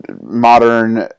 Modern